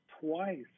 twice